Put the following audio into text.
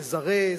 לזרז,